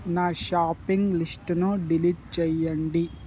నా షాపింగ్ లిస్టును డిలీట్ చెయ్యండి